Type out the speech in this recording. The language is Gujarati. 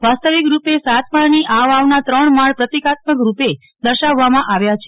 વાસ્તવિક રૂપે સાત માળની આ વાવના ત્રણ માળ પ્રતિકાત્મક રૂપે દર્શાવવામાં આવ્યા છે